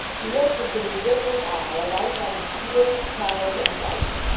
he looked with an indifferent eye, alike on skittles, cards, and dice,